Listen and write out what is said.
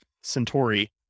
Centauri